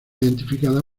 identificada